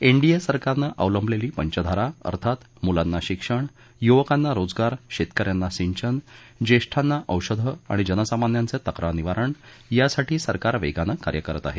NDA सरकारने अवलंबलेली पंचधारा अर्थात मुलांना शिक्षण युवकांना रोजगार शेतकऱ्यांना सिंचन ज्येष्ठांना औषधं आणि जनसामान्यांचे तक्रार निवारण यासाठी सरकार वेगाने कार्य करत आहे